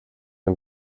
and